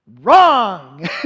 Wrong